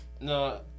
No